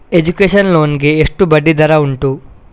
Education loan ಗೆ ಎಷ್ಟು ಬಡ್ಡಿ ದರ ಉಂಟು?